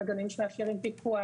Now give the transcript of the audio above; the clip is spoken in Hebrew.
את המנגנונים שמאפשרים פיקוח,